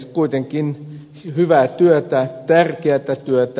tämä on kuitenkin hyvää työtä tärkeätä työtä